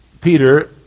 Peter